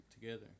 together